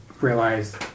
realize